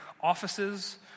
offices